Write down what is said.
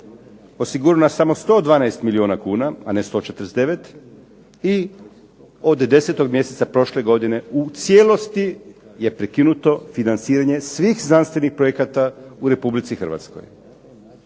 osigurano samo 112 milijuna kuna, a ne 149 i od 10. mjeseca prošle godine u cijelosti je prekinuto financiranje svih znanstvenih projekata u Republici Hrvatskoj.